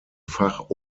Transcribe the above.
fach